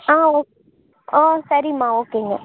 ஆ okay ஆ சரிம்மா ஓகேங்க